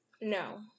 no